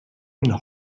and